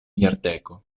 jardeko